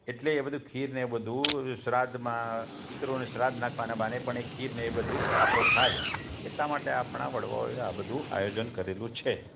એટલે એ બધું ખીરને એ બધું શ્રાદ્ધમાં પિતૃઓને શ્રાદ્ધ નાંખવાના બહાને પણ એ ખીરને એ બધું ખાતો થાય એટલા માટે આપણાં વડવાઓએ આ બધું આયોજન કરેલું છે